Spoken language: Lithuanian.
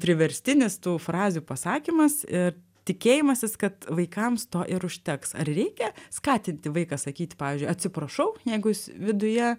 priverstinis tų frazių pasakymas ir tikėjimasis kad vaikams to ir užteks ar reikia skatinti vaiką sakyti pavyzdžiui atsiprašau jeigu jis viduje